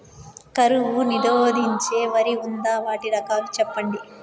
కరువు నిరోధించే వరి ఉందా? వాటి రకాలు చెప్పండి?